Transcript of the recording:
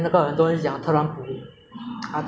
然后每是放弃 liao lah 也是没有 lockdown